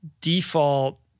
default